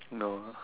no ah